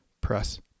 press